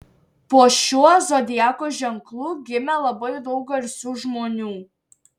po šiuo zodiako ženklu gimė labai daug garsių žmonių